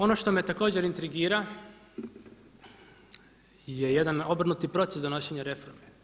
Ono što me također intrigira je jedan obrnuti proces donošenja reforme.